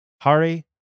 Hari